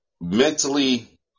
mentally